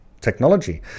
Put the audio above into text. technology